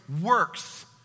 works